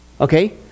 Okay